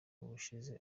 ubushize